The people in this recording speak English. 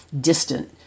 distant